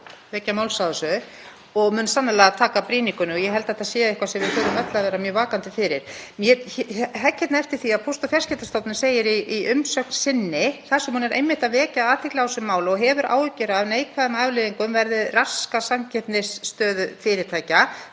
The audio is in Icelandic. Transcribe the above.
vekja máls á þessu og mun sannarlega taka brýningunni og ég held að þetta sé eitthvað sem við þurfum öll að vera mjög vakandi fyrir. Ég hegg eftir því sem Póst- og fjarskiptastofnun segir í umsögn sinni þar sem hún er einmitt að vekja athygli á þessu máli og hefur áhyggjur af neikvæðum afleiðingum verði samkeppnisstöðu fyrirtækja